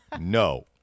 No